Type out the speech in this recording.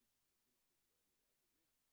שחלקית זה 50% והמלאה זה 100%,